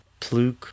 Pluk